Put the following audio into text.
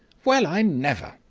well, i never!